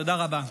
תודה רבה.